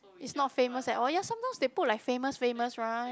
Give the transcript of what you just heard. is not famous at all ya sometimes they put like famous famous right